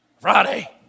Friday